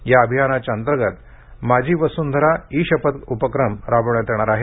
या अभियानांतर्गत माझी वसुंधरा ई शपथ उपक्रम राबविण्यात येणार आहे